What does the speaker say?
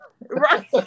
Right